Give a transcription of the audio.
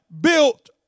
built